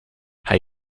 hij